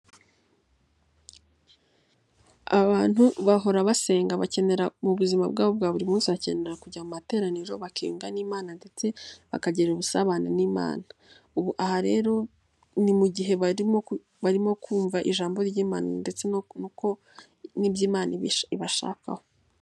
Abantu bahora basenga bakenera mu buzima bwabo bwa buri munsi bakenera kujya mu materaniro bakiyuga n'imana ndetse bakagira ubusabane n'imana, ubu aha rero ni mu gihe barimo kumva ijambo ry'imana ndetsen'ibyo imana ibashakaho.